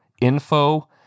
info